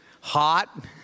Hot